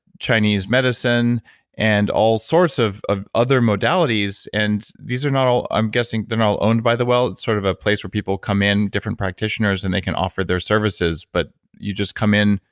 chinese medicine and all sorts of of other modalities and these are not all. i'm guessing they're all owned by the well, it's sort of a place where people come in, different practitioners and they can offer their services. but you just come in,